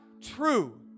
true